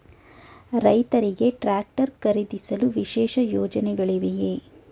ರೈತರಿಗೆ ಟ್ರಾಕ್ಟರ್ ಖರೀದಿಸಲು ವಿಶೇಷ ಯೋಜನೆಗಳಿವೆಯೇ?